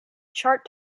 chart